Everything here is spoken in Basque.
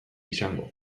izango